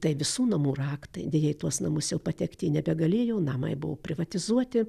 tai visų namų raktai deja į tuos namus jau patekti nebegalėjo namai buvo privatizuoti